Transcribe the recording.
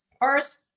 First